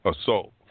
assault